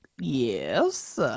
yes